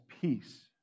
peace